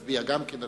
הרי גם אני